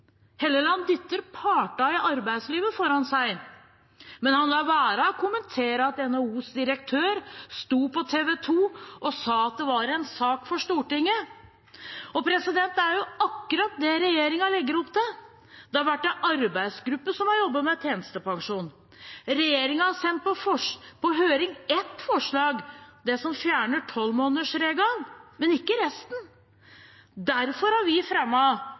Helleland dyttet partene i arbeidslivet foran seg, men han lot være å kommentere at NHOs direktør sto på TV 2 og sa at det var en sak for Stortinget. Det er akkurat det regjeringen legger opp til. Det har vært en arbeidsgruppe som har jobbet med tjenestepensjon. Regjeringen har sendt på høring ett forslag – det som fjerner tolvmånedersregelen, men ikke resten. Derfor har vi